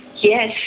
Yes